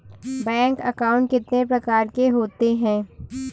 Bank account कितने प्रकार के होते हैं?